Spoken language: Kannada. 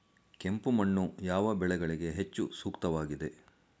ಕೆಂಪು ಮಣ್ಣು ಯಾವ ಬೆಳೆಗಳಿಗೆ ಹೆಚ್ಚು ಸೂಕ್ತವಾಗಿದೆ?